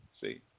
See